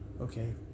Okay